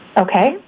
Okay